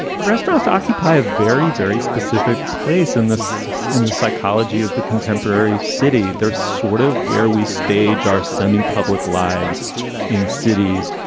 restaurants occupy a very, very specific place in this in the psychology of the contemporary city. they're sort of where we stage our semi-public lives in cities.